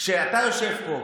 כשאתה יושב פה,